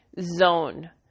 zone